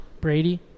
Brady